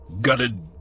gutted